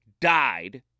died